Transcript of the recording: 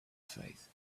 faith